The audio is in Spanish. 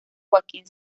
joaquín